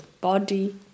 body